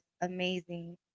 amazing